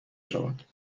شود